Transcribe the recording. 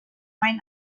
might